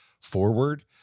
forward